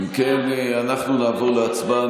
אם כן, אנחנו נעבור להצבעה.